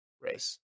race